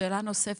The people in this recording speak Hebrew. שאלה נוספת,